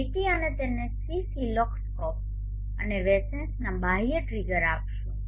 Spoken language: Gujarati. વીટી અમે તેને cસિલોસ્કોપ અને વેસેન્સના બાહ્ય ટ્રિગર આપીશું